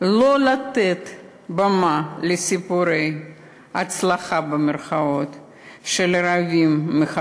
לא לתת במה לסיפורי "הצלחה", שנהרגים מחבלים,